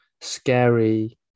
scary